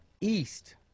East